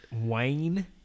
Wayne